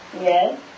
Yes